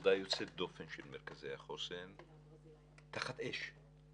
העבודה יוצאת הדופן של מרכזי החוסן תחת אש.